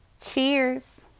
Cheers